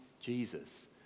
Jesus